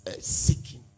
seeking